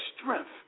strength